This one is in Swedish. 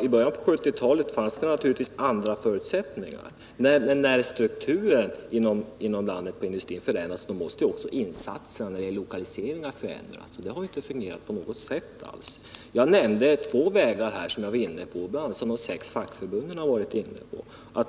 I början av 1970-talet fanns det naturligtvis andra förutsättningar, men när strukturen inom landets industri förändrats måste också insatserna när det gäller lokaliseringar förändras — och det har inte alls fungerat. Jag nämnde två vägar — som bl.a. de sex fackförbunden har varit inne på — som man kan gå.